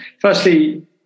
Firstly